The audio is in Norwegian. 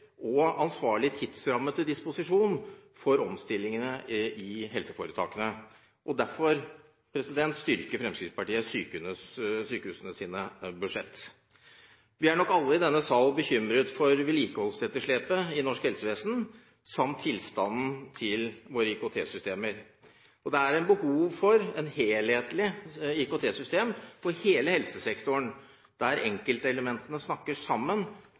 og ansvarlig tidsramme til disposisjon for omstillingene i helseforetakene. Derfor styrker Fremskrittspartiet sykehusenes budsjett. Vi er nok alle i denne sal bekymret for vedlikeholdsetterslepet i norsk helsevesen, samt tilstanden til våre IKT-systemer. Det er behov for et helhetlig IKT-system for hele helsesektoren der enkeltelementene snakker sammen